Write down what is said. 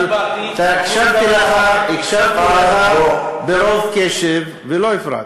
הקשבתי לך ברוב קשב ולא הפרעתי.